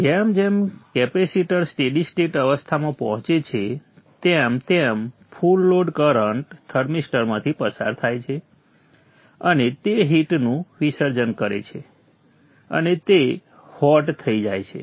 જેમ જેમ capacitor steady state અવસ્થામાં પહોંચે છે તેમ તેમ ફુલ લોડ કરંટ થર્મિસ્ટરમાંથી પસાર થાય છે અને તે હીટનું વિસર્જન કરે છે અને તે હોટ ગરમ થઈ જાય છે